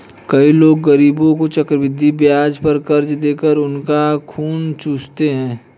कई लोग गरीबों को चक्रवृद्धि ब्याज पर कर्ज देकर उनका खून चूसते हैं